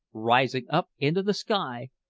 rising up into the sky,